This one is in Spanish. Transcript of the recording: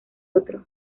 otro